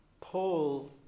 Paul